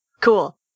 cool